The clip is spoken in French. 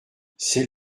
c’est